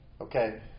Okay